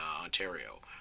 Ontario